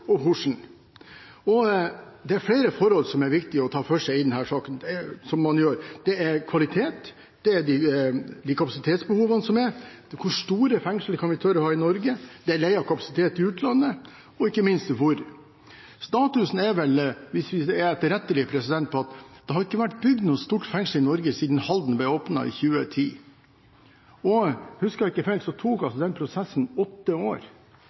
og hvordan. Det er flere forhold som er viktig å ta for seg i denne saken: Det er kvalitet, det er kapasitetsbehovene – hvor store fengsler kan vi tørre å ha i Norge? – det er leie av kapasitet i utlandet, og ikke minst, hvor. Status er – hvis vi er etterrettelige – at det ikke har vært bygd noe stort fengsel i Norge siden Halden fengsel ble åpnet i 2010. Husker jeg ikke feil, tok den prosessen åtte år.